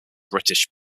british